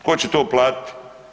Tko će to platiti?